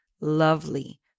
lovely